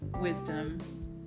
wisdom